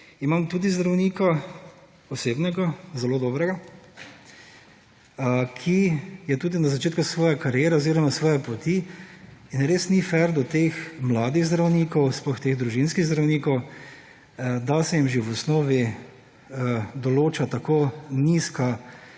Imam tudi zdravnika, osebnega, zelo dobrega, ki je tudi na začetku svoje kariere oziroma svoje poti, in res ni fer do teh mladih zdravnikov, sploh teh družinskih zdravnikov, da se jim že v osnovi določa tako nizka,